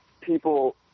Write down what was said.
people